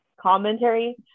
commentary